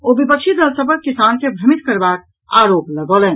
ओ विपक्षी दल सभ पर किसान के भ्रमित करबाक आरोप लगौलनि